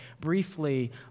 briefly